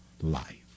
life